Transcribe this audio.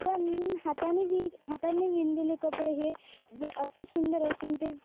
पण हाताने वि हातांनी विणलेले कपडे हे जे अतिसुंदर असून ते